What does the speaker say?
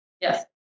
yes